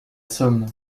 somme